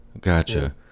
gotcha